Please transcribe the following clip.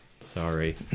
Sorry